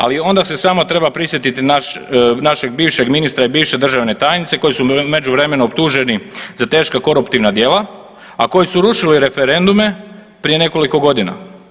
Ali onda se samo treba prisjetiti našeg bivšeg ministra i bivše državne tajnice koji su u međuvremenu optuženi za teška koruptivna djela, a koji su rušili referendume prije nekoliko godina.